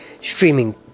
streaming